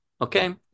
Okay